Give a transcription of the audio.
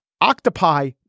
Octopi